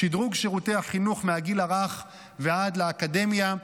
שדרוג שירותי החינוך מהגיל הרך ועד לאקדמיה,